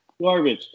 Garbage